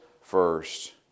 first